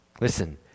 listen